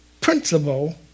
principle